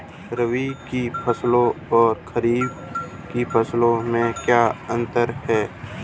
रबी फसलों और खरीफ फसलों में क्या अंतर है?